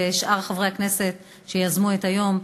וגם את שאר חברי הכנסת שיזמו את היום,